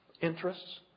interests